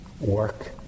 work